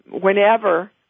whenever